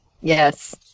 Yes